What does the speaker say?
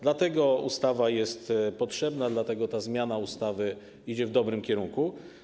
Dlatego ta ustawa jest potrzebna, dlatego ta zmiana ustawy idzie w dobrym kierunku.